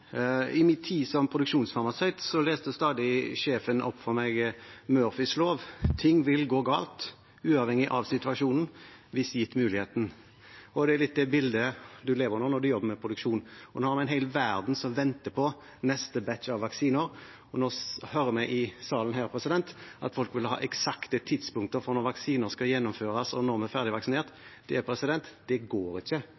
I min tid som produksjonsfarmasøyt leste stadig sjefen opp for meg Murphys lov: Ting vil gå galt uavhengig av situasjonen hvis gitt muligheten. Det er litt det bildet man lever med når man jobber med produksjon. Nå er det en hel verden som venter på neste batch med vaksiner, og nå hører vi i salen her at folk vil ha eksakte tidspunkter for når vaksinasjoner skal gjennomføres, og når vi er ferdig